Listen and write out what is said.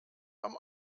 vom